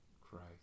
christ